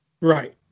Right